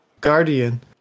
Guardian